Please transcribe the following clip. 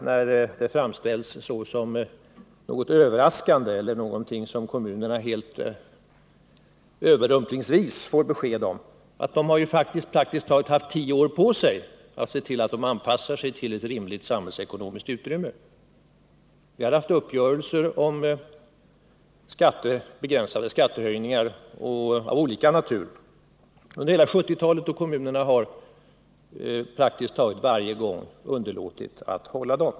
När detta framställs såsom något överraskande eller någonting som kommunerna helt överrumplingsvis får besked om, vill jag emellertid påpeka att kommunerna praktiskt taget haft tio år på sig att se till att de anpassar sig till ett rimligt samhällsekonomiskt utrymme. Vi har under hela 1970-talet träffat uppgörelser om nomiska frågor Hu begränsade skattehöjningar av olika natur, men kommunerna har praktiskt taget varje gång underlåtit att hålla dem.